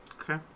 Okay